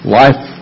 life